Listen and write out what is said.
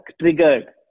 triggered